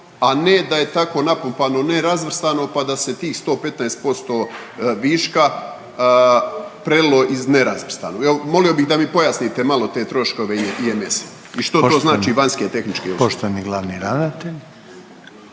a ne da je tako napumpano nerazvrstano, pa da se tih 115% viška prelilo iz nerazvrstanog? Evo molio bih da mi pojasnite malo te troškove IMS-a i što to znači vanjske tehničke usluge.